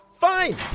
Fine